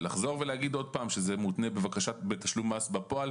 לחזור ולהגיד עוד פעם שזה מותנה בתשלום מס בפועל,